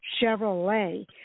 Chevrolet